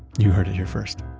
you heard it here first